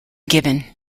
given